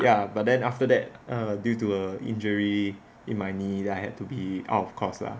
ya but then after that err due to a injury in my knee then I have to be out of course lah